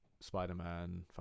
Spider-Man